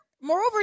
moreover